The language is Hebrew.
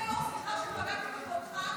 --- סליחה, אם פגעתי בכבודך --- קדימה.